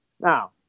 Now